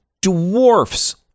dwarfs